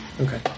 Okay